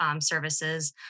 services